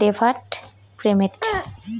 deferred payment